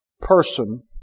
person